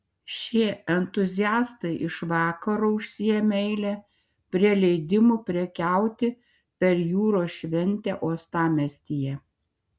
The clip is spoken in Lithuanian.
šie entuziastai iš vakaro užsiėmė eilę prie leidimų prekiauti per jūros šventę uostamiestyje